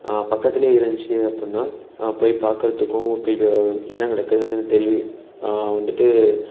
பக்கத்துலேயே இருந்துச்சு அப்புடின்னா நான் போய் பார்க்கறத்துக்கும் போய் என்ன நடக்குதுன்னு தெரிவி வந்துட்டு